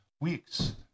weeks